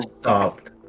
stopped